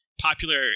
popular